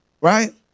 right